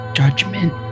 judgment